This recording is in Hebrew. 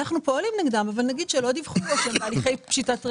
אנחנו פועלים נגדם אבל הם לא דיווחו כי נגיד הם בהליכי פשיטת רגל,